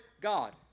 God